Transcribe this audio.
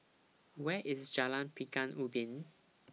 Where IS Jalan Pekan Ubin